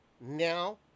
Now